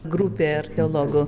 grupė archeologų